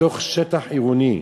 בתוך שטח עירוני,